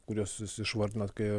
kuriuos jūs išvardinot kai